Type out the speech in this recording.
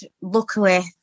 luckily